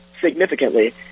significantly